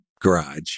garage